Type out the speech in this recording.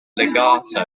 legato